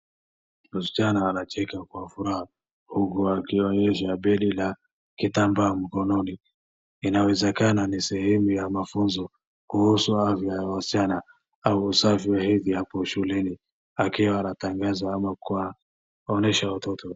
Msichana anacheka kwa furaha huku akiwa anainyeshea beli la kitambaa mkononi. Inawezekana ni sehemu ya mafunzo kuhusu afya ya wasichana au usafi wa hedhi hapo shuleni akiwa anatangaza ama kuonyesha watoto.